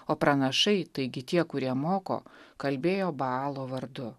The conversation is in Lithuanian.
o pranašai taigi tie kurie moko kalbėjo baalo vardu